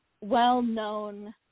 well-known